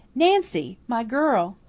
nancy, my girl!